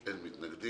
מי נגד?